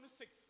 six